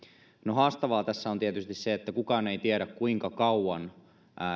haastavaa tässä on tietysti se että kukaan ei tiedä kuinka kauan